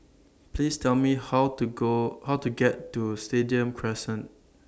Please Tell Me How to Go How to get to Stadium Crescent